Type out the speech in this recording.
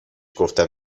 گفتم